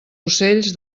ocells